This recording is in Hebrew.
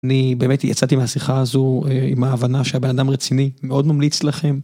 אני באמת יצאתי מהשיחה הזו עם ההבנה שהבן אדם רציני מאוד מומליץ לכם.